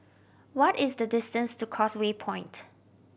what is the distance to Causeway Point